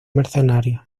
mercenarios